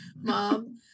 mom